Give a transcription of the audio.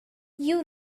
you